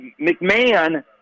McMahon